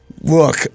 Look